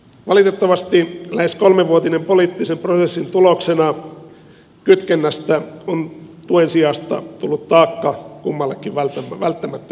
valitettavasti lähes kolmevuotisen poliittisen prosessin tuloksena kytkennästä on tullut tuen sijasta taakka kummallekin välttämättömälle uudistukselle